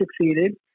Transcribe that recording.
succeeded